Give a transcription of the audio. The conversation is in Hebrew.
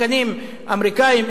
שחקנים אמריקנים,